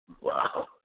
wow